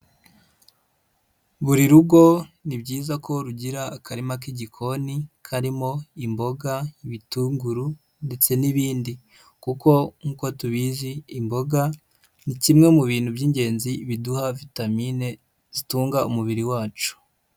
Buri rugo ni byiza ko rugira akarima k'igikoni karimo imboga, ibitunguru ndetse n'ibindi kuko nk'uko tubizi imboga ni kimwe mu bintu by'ingenzi biduha vitamine zitunga umubiri wacu.